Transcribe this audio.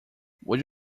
would